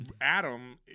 Adam